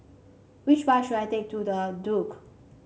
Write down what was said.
which bus should I take to The Duke